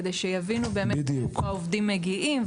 כדי שיבינו באמת איך העובדים מגיעים,